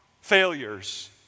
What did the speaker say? failures